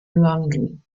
london